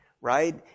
right